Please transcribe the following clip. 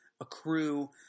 accrue